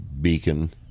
beacon